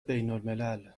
بینالملل